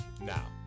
now